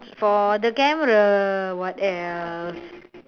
for the camera what else